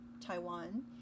Taiwan